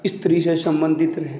स्त्रीसँ सम्बन्धित रहै